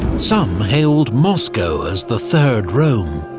some hailed moscow as the third rome,